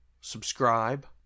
subscribe